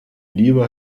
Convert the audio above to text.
lieber